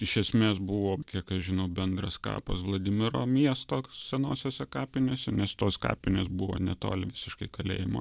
iš esmės buvo kiek aš žinau bendras kapas vladimiro miesto senosiose kapinėse nes tos kapinės buvo netoli visiškai kalėjimo